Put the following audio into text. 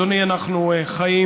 אדוני, אנחנו חיים